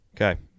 Okay